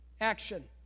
Action